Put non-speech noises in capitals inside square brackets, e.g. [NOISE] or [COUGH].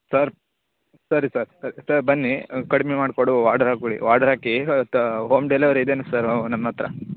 sir ಸರಿ sir sir ಬನ್ನಿ ಕಡಿಮೆ ಮಾಡಿಕೊಡುವ ವಾಡರ್ ಹಾಕೊಳಿ ವಾಡರ್ ಹಾಕಿ [UNINTELLIGIBLE] ಹೋಮ್ ಡೆಲಿವರಿ ಇದೇ ಸರ್ ನಮ್ಮ ಹತ್ರ